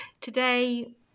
today